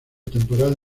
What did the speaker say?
temporal